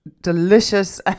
delicious